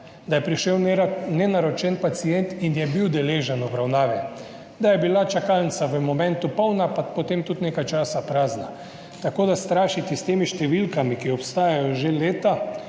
da je prišel nenaročen pacient in je bil deležen obravnave, da je bila čakalnica v momentu polna, potem pa tudi nekaj časa prazna. Tako da strašiti s temi številkami, ki obstajajo že leta,